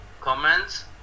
comments